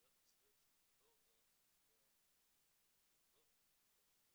ומדינת ישראל שחייבה אותם גם חייבה את הרשויות